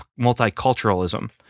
multiculturalism